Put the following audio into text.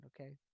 okay